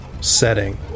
setting